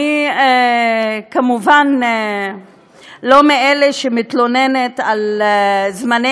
אני כמובן לא מאלה שמתלוננים על זמני